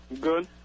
Good